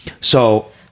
So-